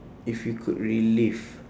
if you could relive